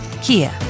Kia